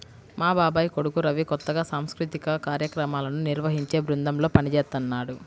మా బాబాయ్ కొడుకు రవి కొత్తగా సాంస్కృతిక కార్యక్రమాలను నిర్వహించే బృందంలో పనిజేత్తన్నాడు